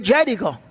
Jericho